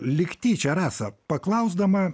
lyg tyčia rasa paklausdama